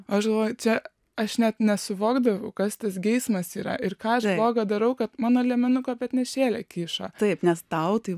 aš buvau čia aš net nesuvokdavau kas tas geismas yra ir ką aš blogo darau kad mano liemenuko petnešėlė kyšo taip nes tau tai